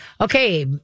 Okay